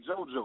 JoJo